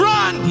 Run